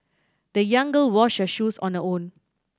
the young girl washed her shoes on her own